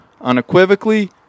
unequivocally